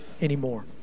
anymore